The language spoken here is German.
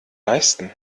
leisten